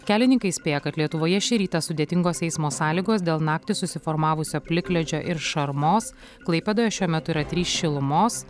kelininkai įspėja kad lietuvoje šį rytą sudėtingos eismo sąlygos dėl naktį susiformavusio plikledžio ir šarmos klaipėdoje šiuo metu yra trys šilumos